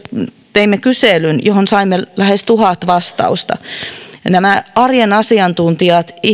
teimme kyselyn johon saimme lähes tuhat vastausta nämä arjen asiantuntijat